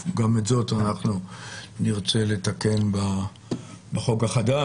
גם את זאת נרצה לתקן בחוק החדש,